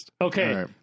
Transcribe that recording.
Okay